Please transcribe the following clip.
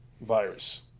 virus